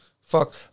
fuck